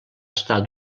estar